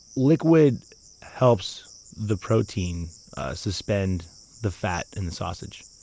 liquid helps the protein suspend the fat in the sausage.